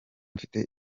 mfite